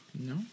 No